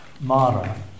Mara